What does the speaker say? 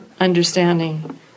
understanding